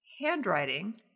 handwriting